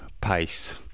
pace